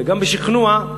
וגם בשכנוע,